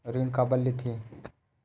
ऋण काबर लेथे?